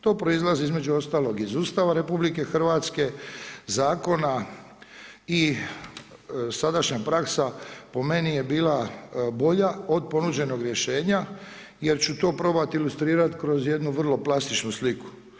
To proizlazi između ostalog iz Ustava RH, zakona i sadašnja praksa po meni je bila bolja od ponuđenog rješenja, jer ću to probati ilustrirati kroz jednu vrlo plastičnu sliku.